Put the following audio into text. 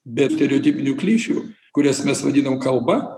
be stereotipinių klišių kurias mes vadinam kalba